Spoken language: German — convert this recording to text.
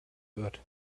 wird